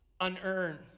unearned